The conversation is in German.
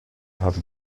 haben